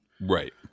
right